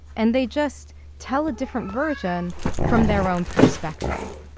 and they just tell a different version from their own perspective.